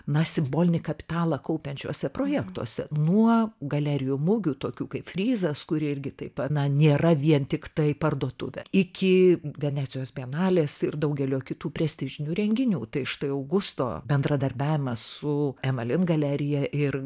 na simbolinį kapitalą kaupiančiuose projektuose nuo galerijų mugių tokių kaip fryzas kuri irgi taip na nėra vien tiktai parduotuvė iki venecijos bienalės ir daugelio kitų prestižinių renginių tai štai augusto bendradarbiavimas su emalin galerija ir